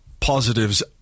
positives